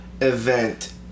event